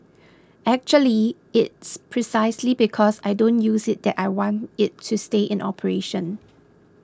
actually it's precisely because I don't use it that I want it to stay in operation